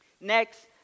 Next